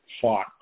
fought